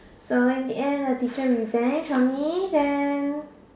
so in the end the teacher revenge on me then